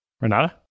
Renata